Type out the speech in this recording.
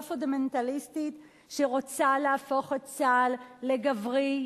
פונדמנטליסטית שרוצה להפוך את צה"ל לגברי,